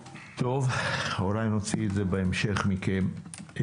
אולי נוציא את זה בהמשך מכם.